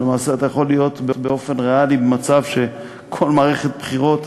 ולמעשה אתה יכול להיות באופן ריאלי במצב שכל מערכת בחירות